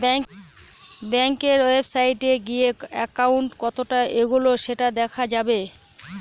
ব্যাঙ্কের ওয়েবসাইটে গিয়ে একাউন্ট কতটা এগোলো সেটা দেখা যাবে